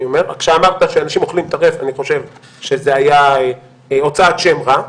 כשאמרת שאנשים אוכלים טרף אני חושב שזה היה הוצאת שם רע,